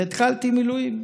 והתחלתי מילואים.